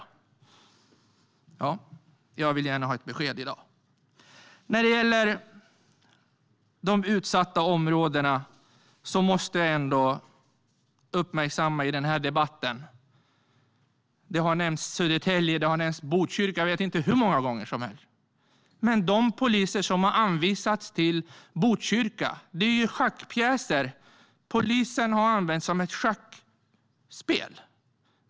Ja, jag vill gärna ha ett besked i dag. När det gäller de utsatta områdena måste jag uppmärksamma något i den här debatten. Södertälje har nämnts. Botkyrka har nämnts - jag vet inte hur många gånger. Men de poliser som har anvisats till Botkyrka är schackpjäser. Polisen har använts som ett schackspel.